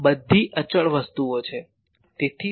હવે આ બધી અચળ વસ્તુઓ છે